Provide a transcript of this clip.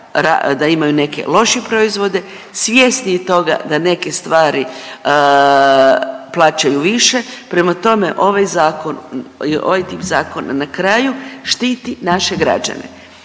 da imaju neke lošije proizvode, svjesni i toga da neke stvari plaćaju više, nema tome, ovaj Zakon i ovaj tip zakona na kraju štiti naše građane.